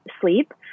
sleep